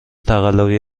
تقلبی